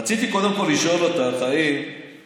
רציתי קודם כול לשאול אותך אם